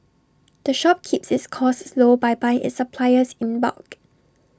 the shop keeps its costs low by buying its supplies in bulk